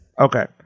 okay